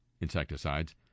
insecticides